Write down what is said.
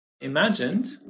imagined